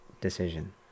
decision